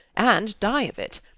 and die of it.